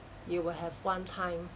you will have one time